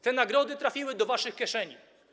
Te nagrody trafiły do waszych kieszeni.